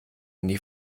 nie